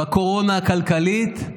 בקורונה הכלכלית,